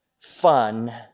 fun